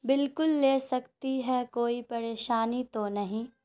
بالکل لے سکتی ہے کوئی پریشانی تو نہیں